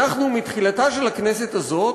אנחנו מתחילתה של הכנסת הזאת